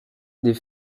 des